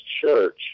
church